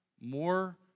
more